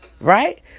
Right